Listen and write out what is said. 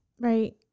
right